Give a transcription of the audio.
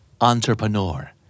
entrepreneur